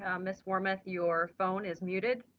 um ms. warmoth, your phone is muted.